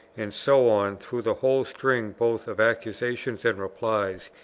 and so on through the whole string both of accusations and replies,